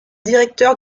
directeur